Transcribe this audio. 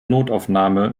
notaufnahme